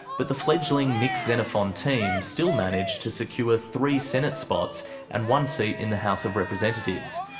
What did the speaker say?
but the fledgling nick xenophon team still managed to secure three senate spots and one seat in the house of representatives.